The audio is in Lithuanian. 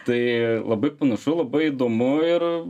tai labai panašu labai įdomu ir